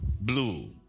blue